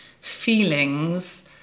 feelings